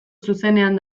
zuzenean